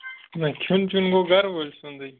نا کھیٚون چیٚون گوٚو گَرٕ وٲلۍ سُنٛدُے